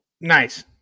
Nice